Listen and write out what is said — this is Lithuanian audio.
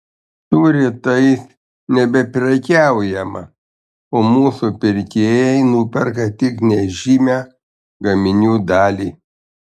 su rytais nebeprekiaujama o mūsų pirkėjai nuperka tik nežymią gaminių dalį